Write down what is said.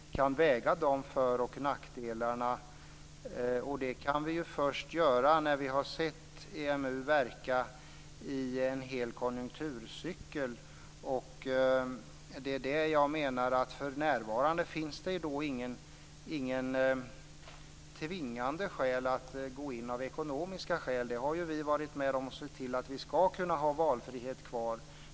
Fru talman! Jag sade också i mitt anförande att det finns för och nackdelar med tredjestegsfasen in i EMU. Det är viktigt att vi kan väga de för och nackdelarna. Det kan vi göra först när vi har sett EMU verka i en hel konjunkturcykel. Det är därför jag menar att det för närvarande inte finns ekonomiska skäl som tvingar oss att gå in. Vi har varit med om att se till att vi ska kunna ha valfrihet kvar.